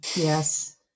Yes